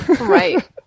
Right